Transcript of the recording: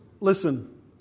listen